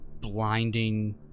blinding